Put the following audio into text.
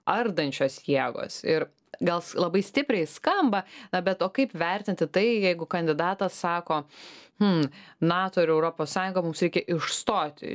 ardančios jėgos ir gals labai stipriai skamba na bet o kaip vertinti tai jeigu kandidatas sako hmm nato ir europos sąjungą mums reikia išstoti